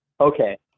okay